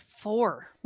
Four